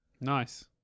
Nice